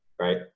right